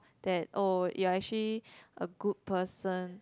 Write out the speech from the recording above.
that oh you're actually a good person